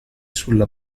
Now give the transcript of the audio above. sulla